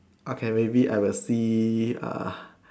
okay maybe I will see uh